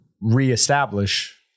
reestablish